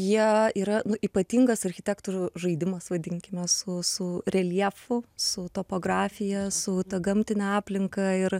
jie yra ypatingas nu architektų žaidimas vadinkime su su reljefu su topografija su ta gamtine aplinka ir